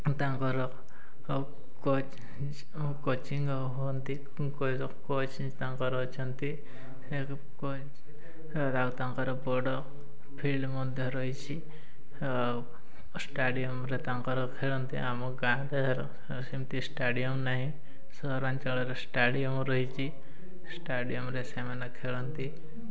ତାଙ୍କର coach coaching ହୁଅନ୍ତି coach ତାଙ୍କର ଅଛନ୍ତି ଆଉ ତାଙ୍କର ବଡ଼ ଫିଲ୍ଡ ମଧ୍ୟ ରହିଛି ଷ୍ଟାଡ଼ିୟମ୍ରେ ତାଙ୍କର ଖେଳନ୍ତି ଆମ ଗାଁ ଠାରୁ ସେମିତି ଷ୍ଟାଡ଼ିୟମ୍ ନାହିଁ ସହରାଞ୍ଚଳରେ ଷ୍ଟାଡ଼ିୟମ୍ ରହିଛି ଷ୍ଟାଡ଼ିୟମ୍ରେ ସେମାନେ ଖେଳନ୍ତି